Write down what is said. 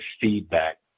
feedback